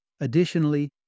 Additionally